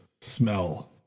smell